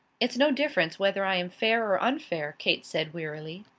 it's no difference whether i am fair or unfair, kate said, wearily.